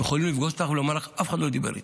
הם יכולים לפגוש אותך ולומר לך: אף אחד לא דיבר איתנו.